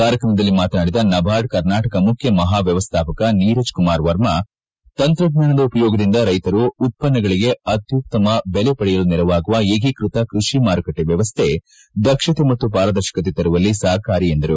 ಕಾರ್ಯಕ್ರಮದಲ್ಲಿ ಮಾತನಾಡಿದ ನಬಾರ್ಡ್ ಕರ್ನಾಟಕ ಮುಖ್ಯ ಮಹಾವ್ದವಸ್ಥಾಪಕ ನೀರಜ್ ಕುಮಾರ್ ವರ್ಮ ತಂತ್ರಜ್ಞಾನದ ಉಪಯೋಗದಿಂದ ರೈತರು ಉತ್ಪನ್ನಗಳಿಗೆ ಅತ್ಯುತ್ತಮ ಬೆಲೆ ಪಡೆಯಲು ನೆರವಾಗುವ ಏಕೀಕೃತ ಕೃಷಿ ಮಾರುಕಟ್ಟೆ ವ್ಯವಸ್ಥೆ ದಕ್ಷತೆ ಮತ್ತು ಪಾರದರ್ಶಕತೆ ತರುವಲ್ಲಿ ಸಹಕಾರಿ ಎಂದರು